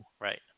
Right